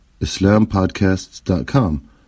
islampodcasts.com